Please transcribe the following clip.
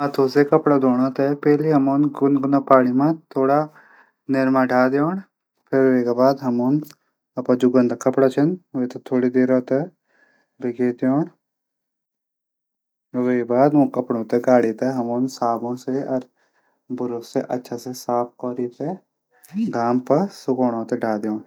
अर बुरूष से साफ कैरी घाम मा सुखो देण।